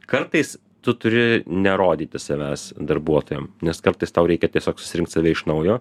kartais tu turi nerodyti savęs darbuotojam nes kartais tau reikia tiesiog susirinkt save iš naujo